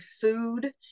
food